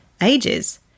ages